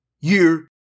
year